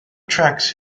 tracks